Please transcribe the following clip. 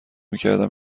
میکردم